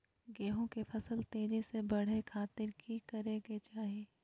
गेहूं के फसल तेजी से बढ़े खातिर की करके चाहि?